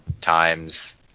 times